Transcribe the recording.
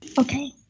Okay